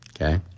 okay